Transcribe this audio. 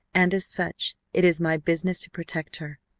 and as such it is my business to protect her.